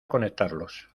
conectarlos